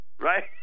Right